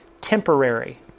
temporary